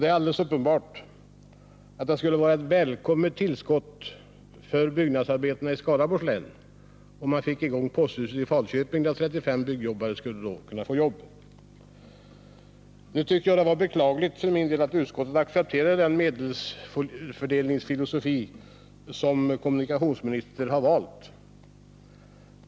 Det är alldeles uppenbart att det skulle vara ett välkommet tillskott för byggnadsarbetarna i Skaraborgs län om byggandet av posthuset i Falköping kom i gång. 35 byggjobbare skulle då kunna få jobb. För min del anser jag det vara beklagligt att utskottet accepterade den medelsfördelningsfilosofi som kommunikationsministern har valt.